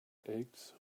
eggs